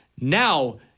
now